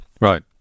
Right